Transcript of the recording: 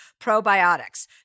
probiotics